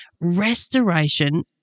restoration